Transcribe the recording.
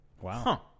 Wow